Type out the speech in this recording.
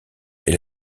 est